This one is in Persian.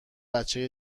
بچه